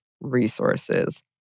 resources